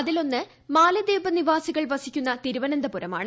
അതിലൊന്ന് മാലെദ്വീപ് നിവാസികൾ വസിക്കുന്ന തിരുവനന്തപുരമാണ്